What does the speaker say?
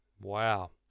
Wow